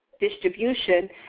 distribution